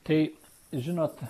tai žinot